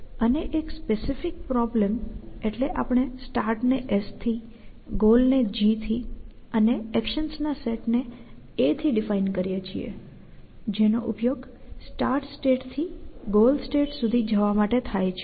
અને એક specific problem એટલે આપણે સ્ટાર્ટ ને S થી ગોલ ને g થી અને એકશન્સ ના સેટ ને a થી ડિફાઈન કરીએ છીએ જેનો ઉપયોગ સ્ટાર્ટ સ્ટેટ થી ગોલ સ્ટેટ સુધી જવા માટે થાય છે